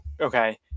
okay